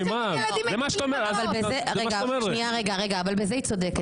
אבל תשימו עוד דברים ליד המצלמות האלו,